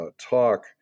talk